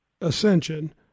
Ascension